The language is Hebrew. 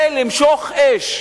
למשוך אש,